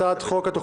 סעיף ג', סליחה,